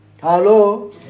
Hello